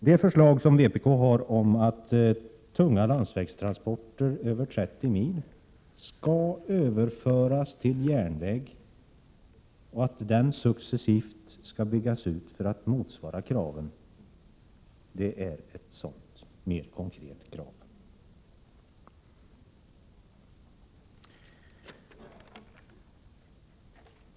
Det förslag som vpk har om att tunga landsvägstransporter över 30 mil skall överföras till järnväg och att järnvägen successivt skall byggas ut för att motsvara kraven är ett sådant mer konkret krav.